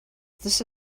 this